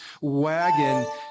wagon